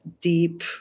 deep